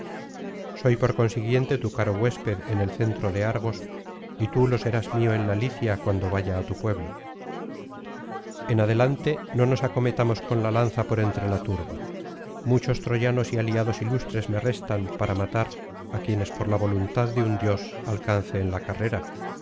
soy por consiguiente tu caro huésped en el centro de argos y tú lo serás mío en la licia cuando vaya á tu pueblo en adelante no nos acometamos con la lanza por entre la turba muchos troyanos y aliados ilustres me restan para matar á quienes por la voluntad de un dios alcance en la carrera